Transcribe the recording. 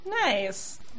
Nice